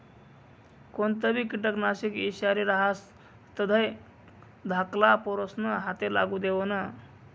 कोणतंबी किटकनाशक ईषारी रहास तधय धाकल्ला पोरेस्ना हाते लागू देवो नै